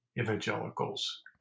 evangelicals